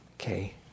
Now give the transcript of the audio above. Okay